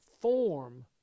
form